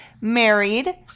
married